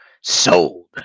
sold